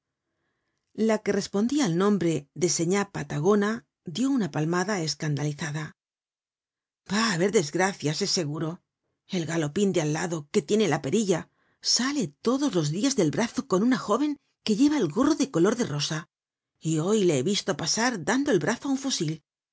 la que respondia al nombre de señá patagona dió una palmada escandalizada va á haber desgracias es seguro el galopin de al lado que tiene perilla sale todos los dias del brazo con una jóven que lleva gorro de color de rosa y hoy le he visto pasar dando el brazo á un fusil